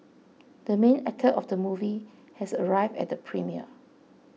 the main actor of the movie has arrived at the premiere